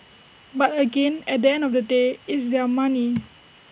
but again at the end of the day is their money